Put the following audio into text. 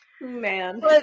Man